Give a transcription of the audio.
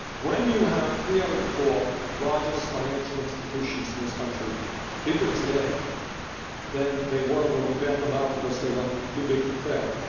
when you have three out of the four largest financial institutions in this country bigger today than they were when we bailed them out because they were too big to fail,